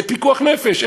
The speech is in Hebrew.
זה פיקוח נפש.